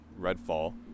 Redfall